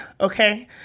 okay